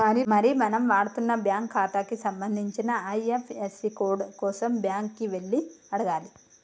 మరి మనం వాడుతున్న బ్యాంకు ఖాతాకి సంబంధించిన ఐ.ఎఫ్.యస్.సి కోడ్ కోసం బ్యాంకు కి వెళ్లి అడగాలి